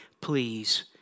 please